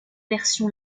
versions